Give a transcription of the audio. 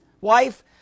wife